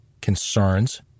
concerns